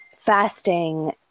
fasting